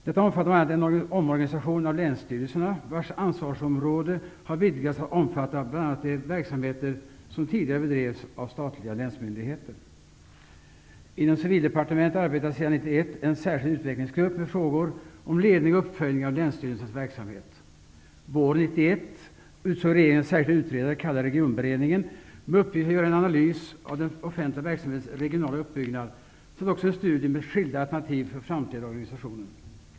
Detta omfattar bl.a. en omorganisation av länsstyrelserna, vars ansvarsområde har vidgats till att omfatta bl.a. de verksamheter som tidigare bedrevs av statliga länsmyndigheter. Inom Civildepartementet arbetar sedan 1991 en särskild utvecklingsgrupp med frågor om ledning och uppföljning av länsstyrelsernas verksamhet. Våren 1991 utsåg regeringen en särskild utredare, i Regionberedningen, med uppgift att göra en analys av den offentliga verksamhetens regionala uppbyggnad samt också en studie med skilda alternativ för en framtida organisation.